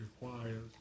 requires